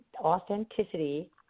authenticity